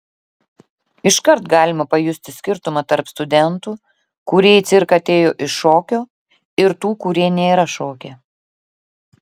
iškart galima pajusti skirtumą tarp studentų kurie į cirką atėjo iš šokio ir tų kurie nėra šokę